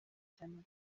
cyane